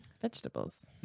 Vegetables